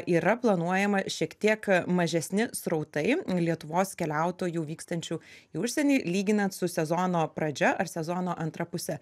yra planuojama šiek tiek mažesni srautai lietuvos keliautojų vykstančių į užsienį lyginant su sezono pradžia ar sezono antra puse